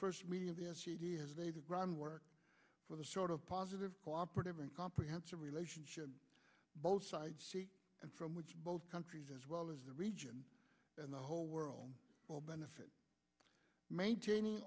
first meeting of the day the groundwork for the sort of positive cooperative and comprehensive relationship both sides and from which both countries as well as the region and the whole world will benefit maintaining